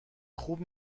خوب